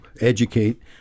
educate